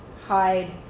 hide.